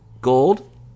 Gold